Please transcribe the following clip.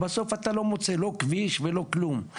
בסוף אתה לא מוצא לא כביש ולא כלום,